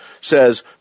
says